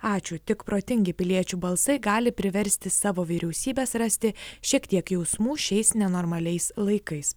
ačiū tik protingi piliečių balsai gali priversti savo vyriausybes rasti šiek tiek jausmų šiais nenormaliais laikais